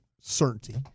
certainty